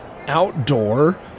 outdoor